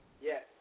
Yes